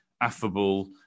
affable